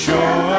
Show